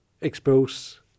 expose